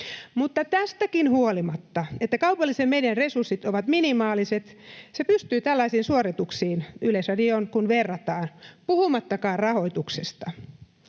Mutta tästäkin huolimatta, että kaupallisen median resurssit ovat minimaaliset, se pystyy tällaisiin suorituksiin, Yleisradioon kun verrataan, puhumattakaan rahoituksesta.